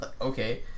okay